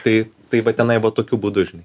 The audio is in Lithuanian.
tai tai va tenai va tokiu būdu žinai